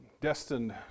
destined